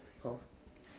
oh